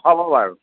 হ'ব বাৰু